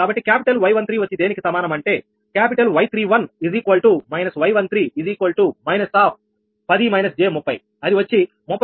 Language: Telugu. క్యాపిటల్ 𝑌13 వచ్చి దేనికి సమానం అంటే క్యాపిటల్ 𝑌31 −𝑦13−10− j 30అది వచ్చి 31